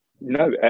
No